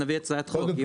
נביא הצעת חוק.